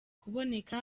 kuboneka